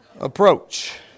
approach